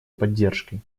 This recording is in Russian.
поддержкой